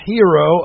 Hero